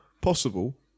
Possible